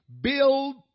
build